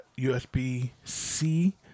USB-C